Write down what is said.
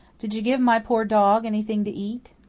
did you give my poor dog anything to eat?